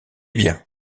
bien